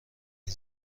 این